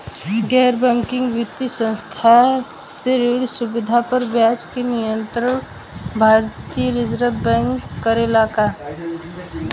गैर बैंकिंग वित्तीय संस्था से ऋण सुविधा पर ब्याज के नियंत्रण भारती य रिजर्व बैंक करे ला का?